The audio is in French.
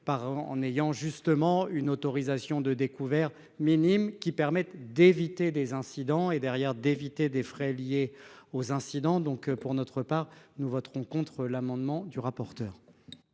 en ayant justement une autorisation de découvert minime qui permettent d'éviter des incidents et derrière d'éviter des frais liés aux incidents donc pour notre part, nous voterons contre l'amendement du rapporteur.